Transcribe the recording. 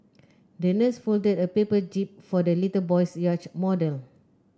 the nurse folded a paper jib for the little boy's yacht model